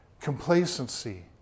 complacency